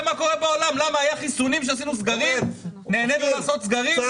היו חיסונים כשעשינו סגרים, נהנינו לעשות סגרים?